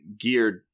geared